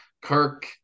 kirk